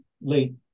late